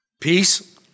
Peace